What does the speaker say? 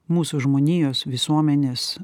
mūsų žmonijos visuomenės